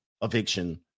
eviction